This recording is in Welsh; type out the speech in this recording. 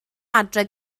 adre